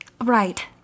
Right